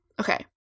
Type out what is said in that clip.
Okay